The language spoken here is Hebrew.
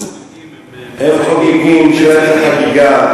הם לא חוגגים, הם חוגגים, חגיגה.